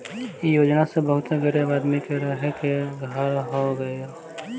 इ योजना से बहुते गरीब आदमी के रहे के घर हो गइल